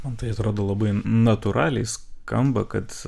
man tai atrodo labai natūraliai skamba kad